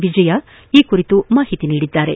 ವಿಜಯ ಈ ಕುರಿತು ಮಾಹಿತಿ ನೀಡಿದ್ದಾರೆ